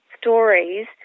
stories